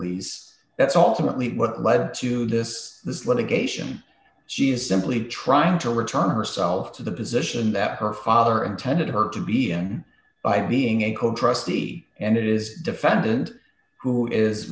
lease that's alternately what led to this this litigation she is simply trying to return herself to the position that her father intended her to be and by being a trustee and it is defendant who is